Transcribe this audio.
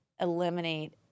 eliminate